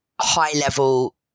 high-level